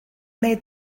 made